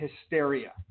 hysteria